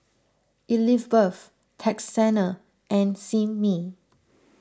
Elizbeth Texanna and Simmie